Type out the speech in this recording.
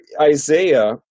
Isaiah